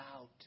out